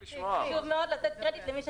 חשוב מאוד לתת קרדיט למי שצריך.